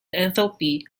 enthalpy